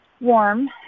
Warm